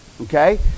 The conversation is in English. Okay